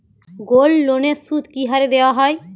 গোল্ডলোনের সুদ কি হারে দেওয়া হয়?